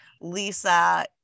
lisa